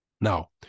Now